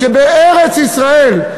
בארץ-ישראל,